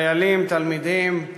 חיילים, תלמידים,